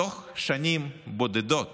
בתוך שנים בודדות